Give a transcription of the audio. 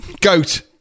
Goat